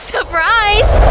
Surprise